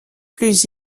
plus